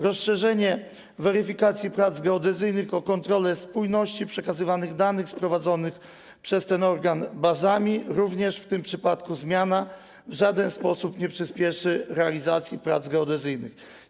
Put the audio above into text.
Rozszerzenie weryfikacji prac geodezyjnych o kontrolę spójności przekazywanych danych z prowadzonymi przez ten organ bazami, również w tym przypadku zmiana, w żaden sposób nie przyspieszy realizacji prac geodezyjnych.